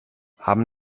haben